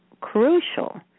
crucial